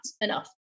enough